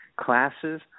classes